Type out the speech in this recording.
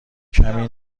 کمی